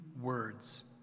words